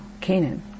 Canaan